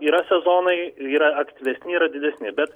yra sezonai yra aktyvesni yra didesni bet